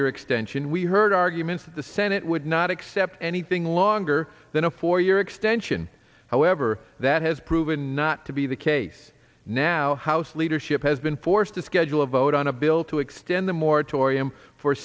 year extension we heard arguments of the senate would not accept anything longer than a four year extension however that has proven not to be the case now house leadership has been forced to schedule a vote on a bill to extend the moratorium for